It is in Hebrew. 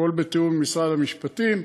הכול בתיאום עם משרד המשפטים,